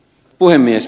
puhemies